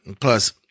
Plus